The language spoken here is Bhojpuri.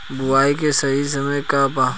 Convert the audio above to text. बुआई के सही समय का वा?